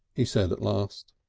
he said at last.